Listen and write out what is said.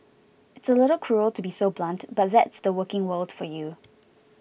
it's a little cruel to be so blunt but that's the working world for you